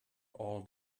all